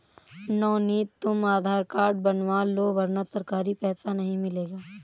नवनीत तुम आधार कार्ड बनवा लो वरना सरकारी पैसा नहीं मिलेगा